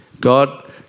God